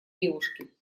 девушки